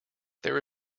there